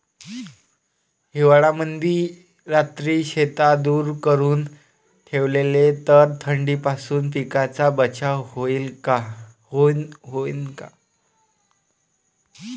हिवाळ्यामंदी रात्री शेतात धुर करून ठेवला तर थंडीपासून पिकाचा बचाव होईन का?